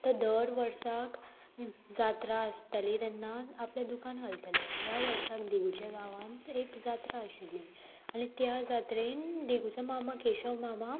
दर वर्साक जात्रा आसतली तेन्ना आपलें दुकान हालतलें ह्या वर्साक दिगुच्या गांवांत एक जात्रा आशिल्ली आनी त्या जात्रेन दिगुचा मामा केशव मामा